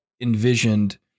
envisioned